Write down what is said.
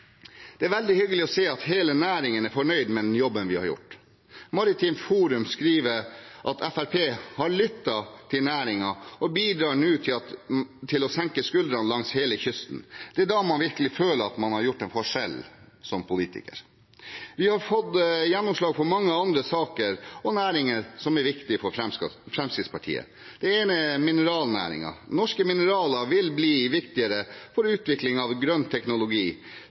Det er veldig hyggelig å se at hele næringen er fornøyd med den jobben vi har gjort. Maritimt Forum skriver at Fremskrittspartiet har «lyttet til næringen og bidrar nå til å senke skuldrene langs hele kysten». Det er da man virkelig føler at man har gjort en forskjell som politiker. Vi har fått gjennomslag for mange andre saker og næringer som er viktige for Fremskrittspartiet. Det ene er mineralnæringen. Norske mineraler vil bli viktigere for utviklingen av grønn teknologi,